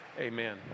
Amen